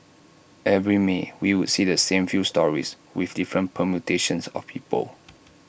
every may we would see the same few stories with different permutations of people